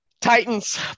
Titans